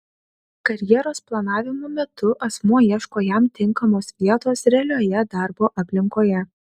karjeros planavimo metu asmuo ieško jam tinkamos vietos realioje darbo aplinkoje